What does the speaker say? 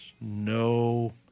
no